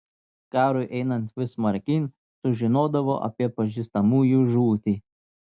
karui einant vis smarkyn sužinodavo apie pažįstamųjų žūtį